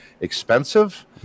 expensive